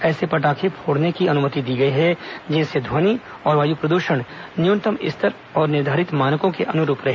ऐसे पटाखे फोड़ने की अनुमति दी गई है जिनसे ध्वनि और वायु प्रदूषण न्यूनतम स्तर और निर्धारित मानकों के अनुरूप रहे